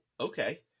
Okay